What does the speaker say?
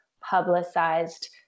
publicized